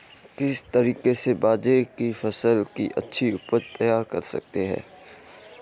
किस तरीके से बाजरे की फसल की अच्छी उपज तैयार कर सकते हैं?